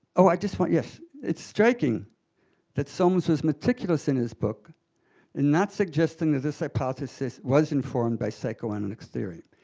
oh, i just want, yes. it's striking that solms was meticulous in his book in not suggesting that this hypothesis was informed by psychoanalytic theory.